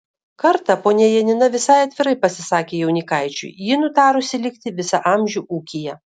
kartą ponia janina visai atvirai pasisakė jaunikaičiui ji nutarusi likti visą amžių ūkyje